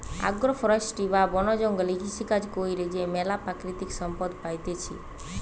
agro forestry বা বন জঙ্গলে কৃষিকাজ কইরে যে ম্যালা প্রাকৃতিক সম্পদ পাইতেছি